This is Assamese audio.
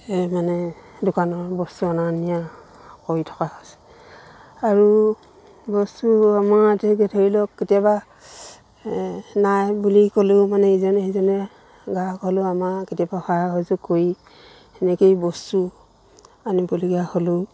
এই মানে দোকানৰ বস্তু অনা নিয়া কৰি থকা হৈছে আৰু বস্তু আমাৰ ধৰি লওক কেতিয়াবা নাই বুলি ক'লেও মানে ইজনে সিজনে গ্ৰাহক হ'লেও আমাৰ কেতিয়াবা সহায় সহযোগ কৰি সেনেকৈয়ে বস্তু আনিবলগীয়া হ'লেও